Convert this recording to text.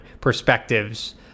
perspectives